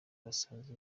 basanze